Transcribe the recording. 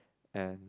and